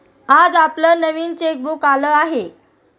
आज आपलं नवीन चेकबुक आलं आहे